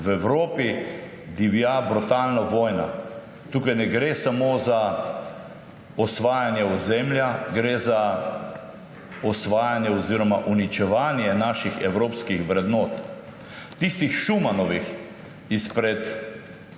V Evropi divja brutalna vojna. Tukaj ne gre samo za osvajanje ozemlja, gre za osvajanje oziroma uničevanje naših evropskih vrednot, tistih Schumannovih izpred